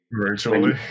Virtually